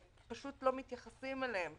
פשוט לא מתייחסים אליהם,